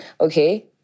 Okay